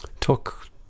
talk